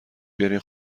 بیارین